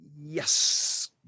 yes